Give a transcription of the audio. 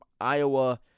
Iowa